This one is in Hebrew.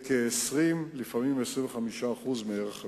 בכ-20%, לפעמים 25% מערך הדירה.